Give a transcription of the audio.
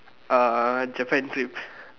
uh Japan trip